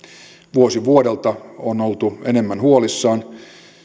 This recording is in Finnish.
vuosi vuodelta on oltu enemmän huolissaan